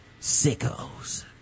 Sickos